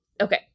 okay